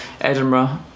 Edinburgh